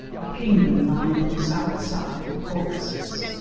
a kingdom lying on the south side of the caucasus,